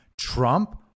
Trump